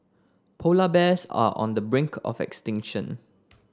polar bears are on the brink of extinction